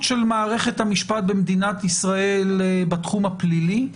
של מערכת המשפט במדינת ישראל בתחום הפלילי,